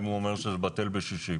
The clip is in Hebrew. אם הוא אומר שזה בטל בשישים,